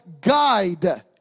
guide